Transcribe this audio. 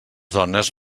dones